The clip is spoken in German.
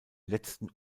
letzten